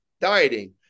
dieting